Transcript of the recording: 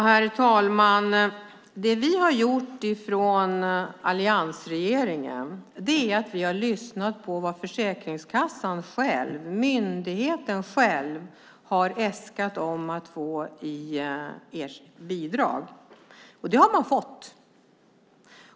Herr talman! Alliansregeringen har lyssnat på vad myndigheten själv, Försäkringskassan, har äskat om att få i bidrag, och det har de fått.